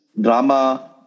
drama